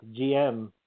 GM